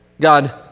God